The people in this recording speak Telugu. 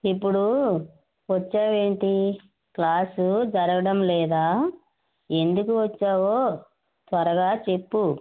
ఇప్పుడు వచ్చావు ఏంటి క్లాసు జరగడం లేదా ఎందుకు వచ్చావో త్వరగా చెప్పు